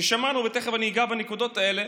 ששמענו, ותכף אני אגע בנקודות האלה,